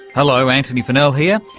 hello, antony funnell here,